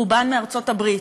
רובן מארצות-הברית.